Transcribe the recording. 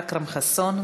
אכרם חסון,